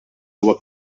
huwa